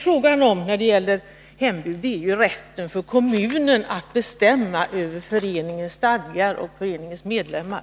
Frågan om hembud gäller rätten för kommunen att bestämma över föreningens stadgar och medlemmar.